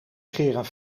scheren